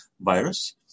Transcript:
virus